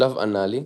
שלב אנאלי,